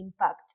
impact